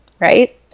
right